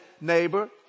neighbor